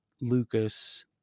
Lucas